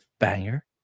banger